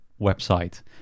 website